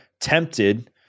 tempted